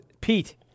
Pete